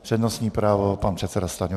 Přednostní právo pan předseda Stanjura.